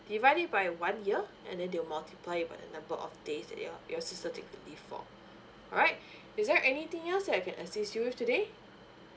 divide it by one year and then they'll multiply it by a number of days that your your sister take the leave for alright is there anything else that I can assist you with today